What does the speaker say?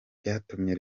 byatumye